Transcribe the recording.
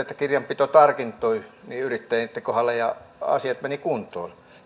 että kirjanpito tarkentui yrittäjien kohdalla ja asiat menivät kuntoon